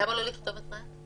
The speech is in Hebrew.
למה לא לכתוב את זה?